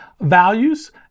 values